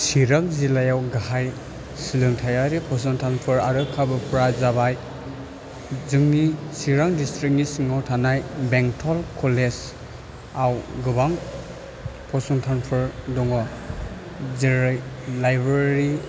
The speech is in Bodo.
चिरां जिल्लायाव गाहाय सोलोंथाइयारि फसंथानफोर आरो खाबुफ्रा जाबाय जोंनि चिरां दिस्थ्रिक्टनि सिङाव थानाय बेंटल कलेजाव गोबां फसंथानफोर दङ जेरै लाइब्रेरि